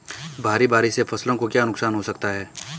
भारी बारिश से फसलों को क्या नुकसान हो सकता है?